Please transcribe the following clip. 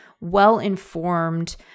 well-informed